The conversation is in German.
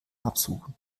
absuchen